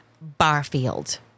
Barfield